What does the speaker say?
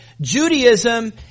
Judaism